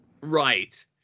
Right